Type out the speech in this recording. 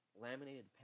laminated